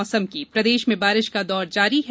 मौसम बारिश प्रदेश में बारिश का दौर जारी है